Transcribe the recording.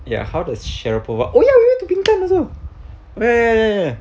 ya how does oh ya ya we went to bintan also ya ya ya ya